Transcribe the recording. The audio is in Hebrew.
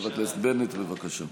חבר הכנסת בנט, בבקשה.